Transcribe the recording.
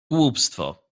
głupstwo